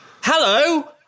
Hello